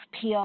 PR